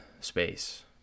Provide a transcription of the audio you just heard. space